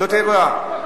לא תהיה לי ברירה.